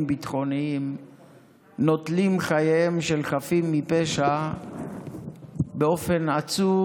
ביטחוניים נוטלים חייהם של חפים מפשע באופן עצוב,